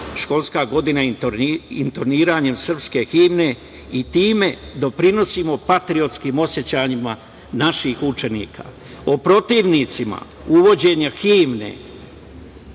školska godina intoniranjem srpske himne i time doprinosimo patriotskim osećanjima naših učenika.O protivnicima uvođenja himne